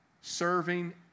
serving